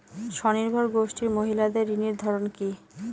স্বনির্ভর গোষ্ঠীর মহিলাদের ঋণের ধরন কি?